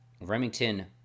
Remington